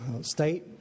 state